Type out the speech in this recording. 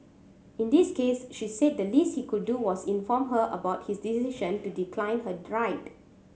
in this case she said the least he could do was inform her about his decision to decline her ride